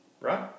Right